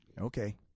Okay